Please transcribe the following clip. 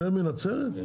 יותר מנצרת?